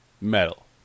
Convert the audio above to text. Metal